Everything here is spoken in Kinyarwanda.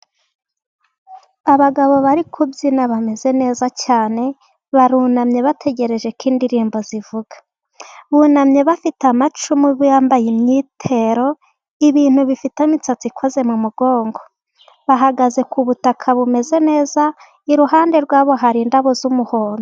Abagabo bari kubyina bameze neza cyane barunamye, bategereje ko indirimbo zivuga bunamye bafite amacumu bo yambaye imyitero ibintu bifite imisatsi ikoze ku mugongo, bahagaze ku butaka bumeze neza, iruhande rwabo hari indabo z'umuhondo.